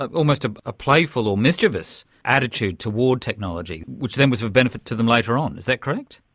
ah almost ah a playful or mischievous attitude towards technology which then was of benefit to them later on, is that correct?